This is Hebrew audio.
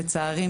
לצערי,